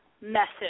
message